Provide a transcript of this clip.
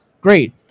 Great